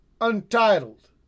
Untitled